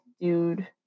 dude